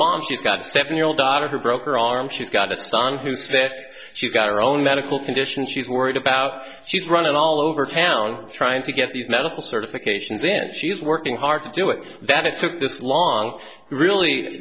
mom she's got a seven year old daughter broke her arm she's got a son who's this she's got her own medical condition she's worried about she's running all over town trying to get these medical certifications then she's working hard to do it that it took this long really